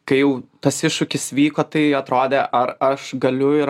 kai jau tas iššūkis vyko tai atrodė ar aš galiu ir